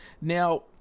Now